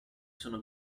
sono